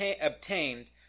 obtained